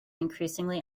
increasingly